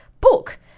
book